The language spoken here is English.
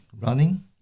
running